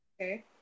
Okay